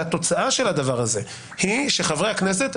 והתוצאה של הדבר הזה היא שחברי הכנסת,